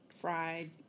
fried